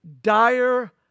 dire